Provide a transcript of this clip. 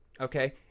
okay